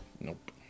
Nope